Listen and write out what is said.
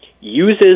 uses